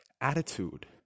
attitude